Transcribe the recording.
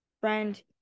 friend